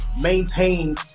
maintain